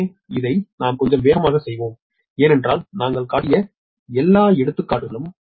எனவே இதை நான் கொஞ்சம் வேகமாக செய்தேன் ஏனென்றால் நாங்கள் காட்டிய எல்லா எடுத்துக்காட்டுகளும்